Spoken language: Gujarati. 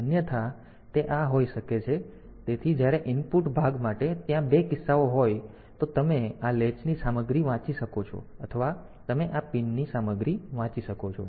અન્યથા તે આ હોઈ શકે છે તેથી જ્યારે ઇનપુટ ભાગ માટે ત્યાં બે કિસ્સા હોઈ શકે છે એક તો તમે આ લૅચની સામગ્રી વાંચી શકો છો અથવા તમે આ પિનની સામગ્રી વાંચી શકો છો